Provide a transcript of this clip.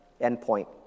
endpoint